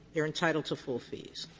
they're entitled to full fees.